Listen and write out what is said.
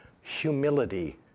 humility